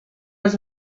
was